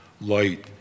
light